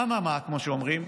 אממה, כמו שאומרים,